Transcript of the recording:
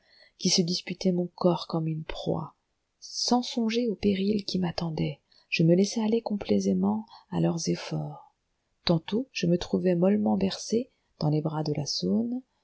qui se disputaient mon corps comme une proie sans songer aux périls qui m'attendaient je me laissais aller complaisamment à leurs efforts tantôt je me trouvais mollement bercé dans les bras de la saône